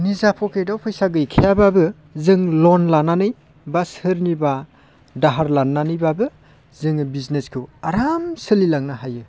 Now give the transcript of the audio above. निजा पकेटआव फैसा गैखायाब्लाबो जों लन लानानै बा सोरनिबा दाहार लानानैब्लाबो जोङो बिजनेसखौ आराम सोलिलांनो हायो